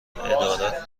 ادارات